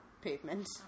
pavement